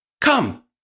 come